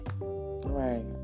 right